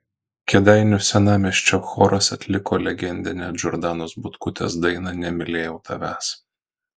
kėdainių senamiesčio choras atliko legendinę džordanos butkutės dainą nemylėjau tavęs